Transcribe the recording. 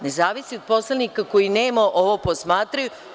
Ne zavisi od poslanika koji nema ovo posmatraju.